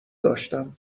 داشتم